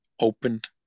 opened